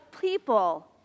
people